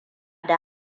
da